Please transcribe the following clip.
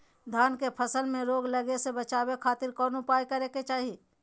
धान के फसल में रोग लगे से बचावे खातिर कौन उपाय करे के चाही?